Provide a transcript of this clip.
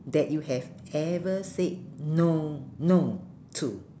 that you have ever said no no to